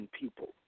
people